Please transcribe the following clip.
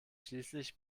schließlich